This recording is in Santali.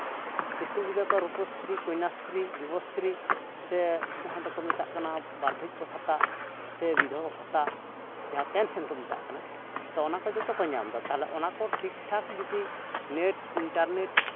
ᱤᱥᱠᱩᱞ ᱜᱤᱫᱟᱹᱨ ᱠᱚ ᱨᱩᱯᱚᱥᱨᱤ ᱠᱚᱱᱱᱟᱥᱨᱤ ᱡᱩᱵᱚᱥᱨᱤ ᱥᱮ ᱡᱟᱦᱟᱸ ᱫᱚᱠᱚ ᱢᱮᱛᱟᱜ ᱠᱟᱱᱟ ᱵᱟᱨᱫᱷᱚᱠᱠᱚ ᱵᱷᱟᱛᱟ ᱥᱮ ᱵᱤᱫᱷᱚᱵᱟ ᱵᱷᱟᱛᱟᱡᱟᱦᱟᱸ ᱯᱮᱱᱥᱚᱱ ᱠᱚ ᱢᱮᱛᱟᱜ ᱠᱟᱱᱟ ᱛᱚ ᱚᱱᱟ ᱠᱚ ᱡᱚᱛᱚ ᱠᱚ ᱧᱟᱢᱮᱫᱟ ᱛᱟᱦᱞᱮ ᱚᱱᱟ ᱠᱚ ᱴᱷᱤᱠᱼᱴᱷᱟᱠ ᱡᱩᱫᱤ ᱱᱮᱴ ᱤᱱᱴᱟᱨ ᱱᱮᱴ